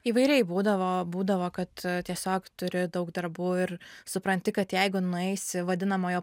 įvairiai būdavo būdavo kad tiesiog turi daug darbų ir supranti kad jeigu nueisi vadinamojo